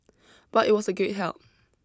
but it was a great help